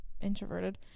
introverted